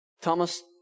Thomas